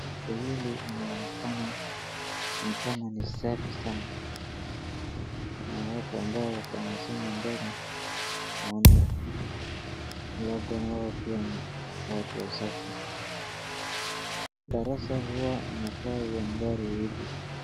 Darasa hili linaonekana ni kama ni safi sana ,kuna watu ambao wanasoma virago yao pia ni watu wasafi. Darasa huwa inakaa mandhari hivi.